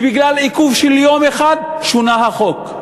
שבגלל עיכוב של יום אחד שונה החוק.